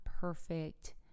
perfect